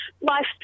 life